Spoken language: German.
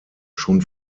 schon